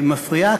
מפריעה,